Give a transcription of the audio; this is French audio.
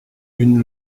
une